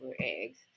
eggs